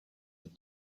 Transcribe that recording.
with